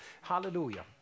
hallelujah